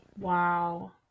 Wow